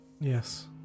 Yes